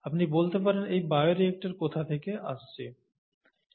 আপনি বলতে পারেন 'এই বায়োরিয়্যাক্টর কোথা থেকে আসছে'